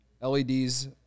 LEDs